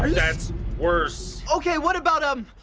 that's worse. okay, what about, um,